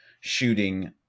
shooting